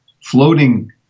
floating